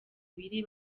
ibiri